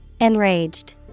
Enraged